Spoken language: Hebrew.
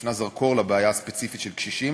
שהפנה זרקור לבעיה הספציפית של קשישים,